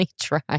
try